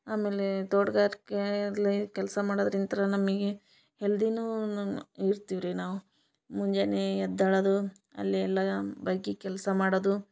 ಆಮೇಲೆ ತೋಟಗಾರಿಕೆ ಇರಲಿ ಕೆಲಸ ಮಾಡಾದರಿಂತ್ರ ನಮಗೆ ಹೆಲ್ದೀನೂ ಇರ್ತಿವ್ರಿ ನಾವು ಮುಂಜಾನೆ ಎದ್ದೇಳದು ಅಲ್ಲಿ ಎಲ್ಲ ಬಗ್ಗಿ ಕೆಲಸ ಮಾಡದು